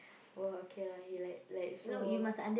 !woah! okay lah he like like so